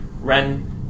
Ren